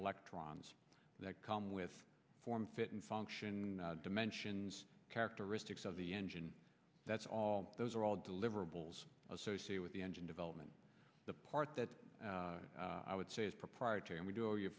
electrons that come with form fitting function dimensions characteristics of the engine that's all those are all deliverables associate with the engine development the part that i would say is proprietary and we do owe you